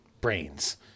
brains